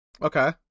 Okay